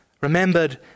remembered